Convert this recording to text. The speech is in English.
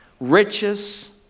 riches